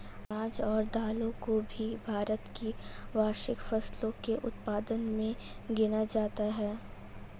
अनाज और दालों को भी भारत की वार्षिक फसलों के उत्पादन मे गिना जाता है